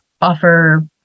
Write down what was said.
offer